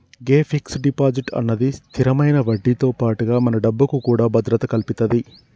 గే fix deposit అన్నది స్థిరమైన వడ్డీతో పాటుగా మన డబ్బుకు కూడా భద్రత కల్పితది